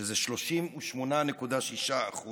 שזה 38.6%,